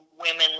women